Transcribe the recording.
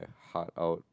heart out